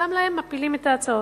וגם להם מפילים את ההצעות.